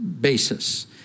basis